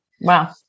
Wow